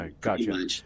gotcha